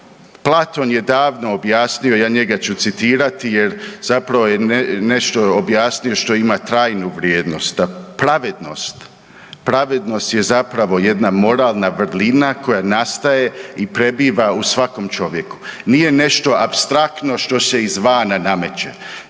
Platon je davno objasnio, ja njega ću citirati jer zapravo je nešto objasnio što ima trajnu vrijednost da pravednost, pravednost je zapravo jedna moralna vrlina koja nastaje i prebiva u svakom čovjeku. Nije nešto apstraktno što se izvana nameće.